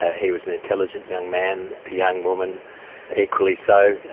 ah he was an intelligent young man, the young woman equally so, and